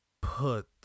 put